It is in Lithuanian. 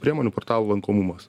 priemonių portalų lankomumas